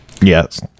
Yes